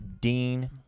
Dean